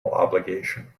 obligation